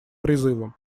призывам